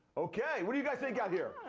ok, what do you guys think out here?